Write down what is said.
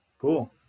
Cool